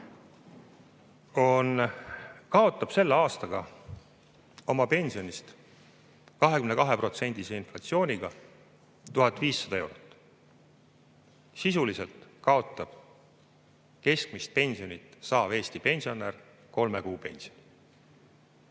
kaotab sellel aastal oma pensionist 22%-lise inflatsiooni korral 1500 eurot. Sisuliselt kaotab keskmist pensioni saav Eesti pensionär kolme kuu pensioni.